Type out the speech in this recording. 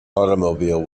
automobile